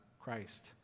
Christ